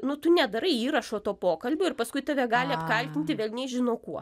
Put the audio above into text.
nu tu nedarai įrašo to pokalbio ir paskui tave gali apkaltinti velniai žino kuo